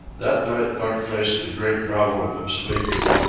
that night buck faced the great problem of sleeping.